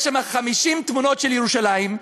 יש שם 50 תמונות של ירושלים,